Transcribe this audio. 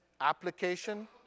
application